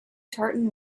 tartan